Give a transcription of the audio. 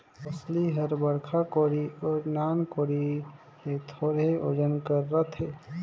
बउसली हर बड़खा कोड़ी अउ नान कोड़ी ले थोरहे ओजन कर रहथे